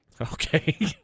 Okay